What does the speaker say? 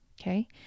okay